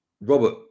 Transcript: Robert